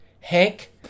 Hank